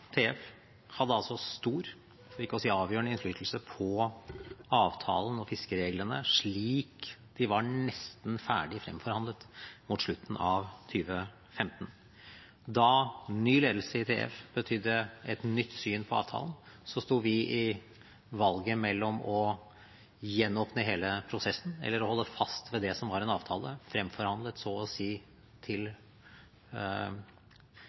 TF, hadde altså stor – for ikke å si avgjørende – innflytelse på avtalen og fiskereglene slik de var nesten ferdig fremforhandlet mot slutten av 2015. Da ny ledelse i TF betydde et nytt syn på avtalen, sto vi i valget mellom å gjenåpne hele prosessen eller å holde fast ved det som var en avtale, fremforhandlet så å si